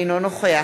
אינו נוכח